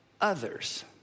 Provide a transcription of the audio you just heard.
others